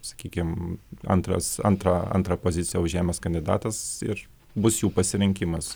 sakykim antras antrą antrą poziciją užėmęs kandidatas ir bus jų pasirinkimas